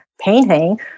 painting